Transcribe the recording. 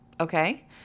Okay